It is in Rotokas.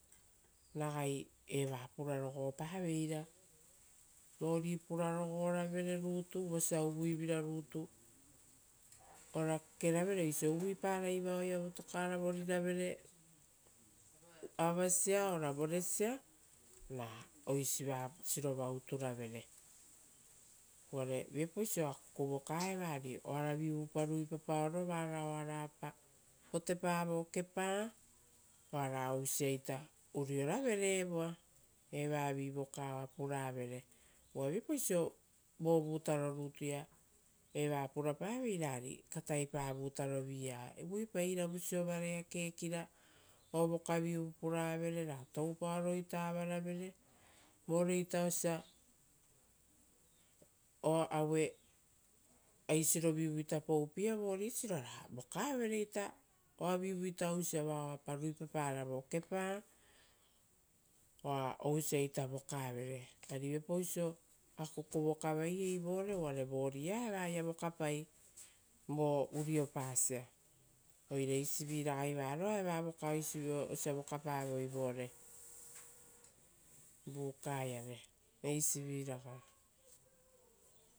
Ragai eva purarogopa veira, vori purarogo ravere rutu, vosa uvui vira rutu ora kekeravere oisio uvuiparai vaoia votokara voriravere avasia ora voresia. Uvare viapauso akuku vokaeva ari oaravivuoa ruipapaoro oara ruipapaoro oara potepa vo kepa oara ousia ita avareve evoa, evavi voka oa puravere. Uva viapauso vovutaro rutuia eva purapaveira ari katai pa vutaro vi-ia. Uvuipai iravu siovarai kekira o vokavivu puravere ra toupaoroita avaravere vore ita osia. Oisirovivuita poupiea vorisiro ra avaravereita oavivu ousia vao oapa ruipaparaita vo kepa, oa ousiaita vokavere, ari viapauso akuku vokavai voare, uvare voria eva oaia vokapai. Vo avapasia oire eisivi ragai varoa eva oisivio osia vokapavoi buka iare.